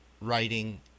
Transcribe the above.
writing